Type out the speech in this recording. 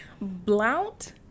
Blount